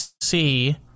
see